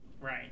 Right